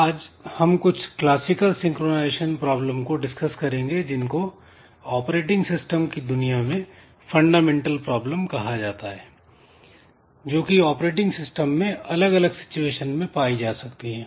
आज हम कुछ क्लासिकल सिंक्रोनाइजेशन प्रॉब्लम को डिसकस करेंगे जिनको ऑपरेटिंग सिस्टम की दुनिया में फंडामेंटल प्रॉब्लम कहा जाता है जोकि ऑपरेटिंग सिस्टम में अलग अलग सिचुएशन में पाई जा सकती है